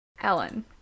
Ellen